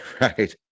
right